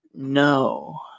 no